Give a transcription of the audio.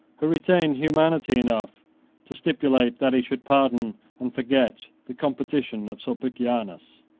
who retained humanity enough to stipulate that he should pardon and forget the competition of sulpicianus.